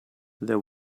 there